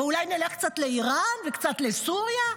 ואולי נלך קצת לאיראן וקצת לסוריה?